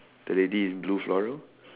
the lady in blue floral